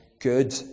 good